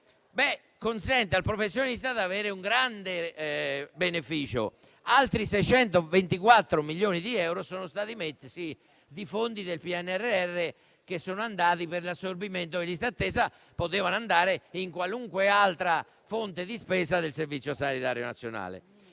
reddito del professionista, consente di avere un grande beneficio. Altri 624 milioni di euro sono stati messi come fondi del PNRR e sono andati per l'assorbimento di liste d'attesa, ma potevano andare in qualunque altra fonte di spesa del Servizio sanitario nazionale.